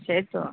সে তো